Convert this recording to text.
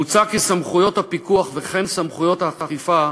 מוצע כי סמכויות הפיקוח וכן סמכויות האכיפה,